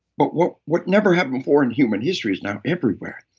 but what what never happened before in human history is now everywhere.